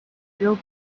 still